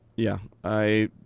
yeah, i